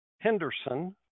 Henderson